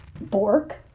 Bork